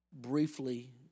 briefly